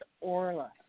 Orla